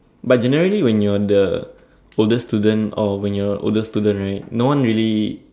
but generally when you're the older student or when you're older student right no one really